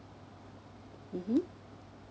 mmhmm